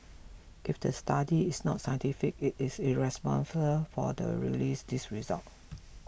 if the study is not scientific it it is irresponsible for the release these results